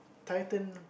titan